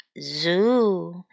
Zoo